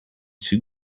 too